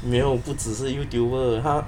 没有不只是 youtuber 他